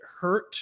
hurt